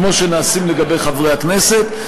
כמו שנעשים לגבי חברי הכנסת.